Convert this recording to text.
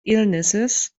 illnesses